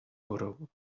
borrow